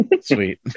sweet